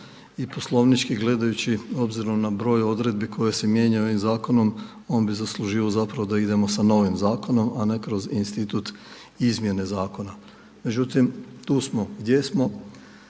i poslovnički gledajući obzirom na broj odredbi koje se mijenjaju ovim zakonom on bi zaslužio da idemo sa novim zakonom, a ne kroz institut izmjene zakona. Međutim, tu smo gdje smo.